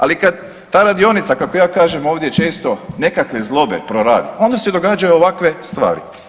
Ali kad ta radionica, kako ja kažem ovdje često nekakve zlobe proradi onda se događaju ovakve stvari.